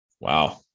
wow